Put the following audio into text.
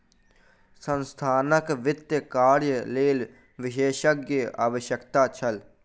संस्थानक वित्तीय कार्यक लेल विशेषज्ञक आवश्यकता छल